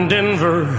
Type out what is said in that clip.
Denver